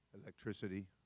electricity